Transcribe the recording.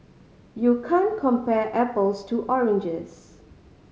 you can't compare apples to oranges